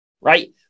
right